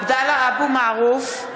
(קוראת בשמות חברי הכנסת) עבדאללה אבו מערוף,